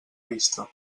vista